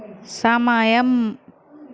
సమయం